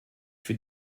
fut